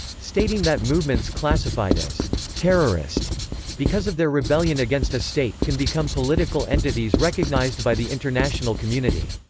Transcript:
stating that movements classified as terrorist because of their rebellion against a state, can become political entities recognized by the international community.